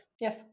Yes